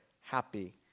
happy